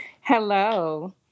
Hello